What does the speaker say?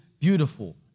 beautiful